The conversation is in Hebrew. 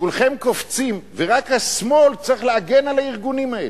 כולכם קופצים ורק השמאל צריך להגן על הארגונים האלה.